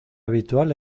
habitual